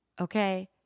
okay